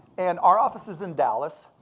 and our office is in dallas.